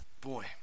Boy